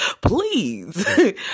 please